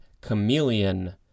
Chameleon